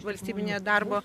valstybinė darbo